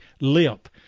lip